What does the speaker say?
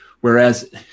Whereas